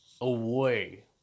away